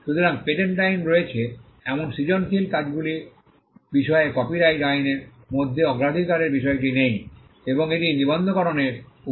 সুতরাং পেটেন্ট আইন রয়েছে এমন সৃজনশীল কাজগুলির বিষয়ে কপিরাইট আইনের মধ্যে অগ্রাধিকারের বিষয়টি নেই এবং এটি নিবন্ধকরণের উপর নির্ভরশীল নয়